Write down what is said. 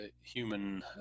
human